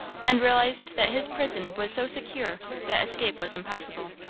and realized that his prison was so secure that escape was impossible.